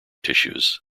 tissues